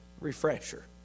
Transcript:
refresher